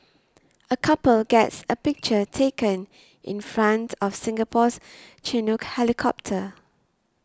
a couple gets a picture taken in front of Singapore's Chinook helicopter